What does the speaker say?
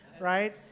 right